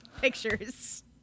pictures